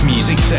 Music